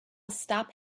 stop